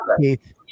Keith